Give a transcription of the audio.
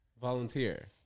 Volunteer